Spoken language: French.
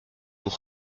nous